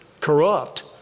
corrupt